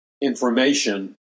information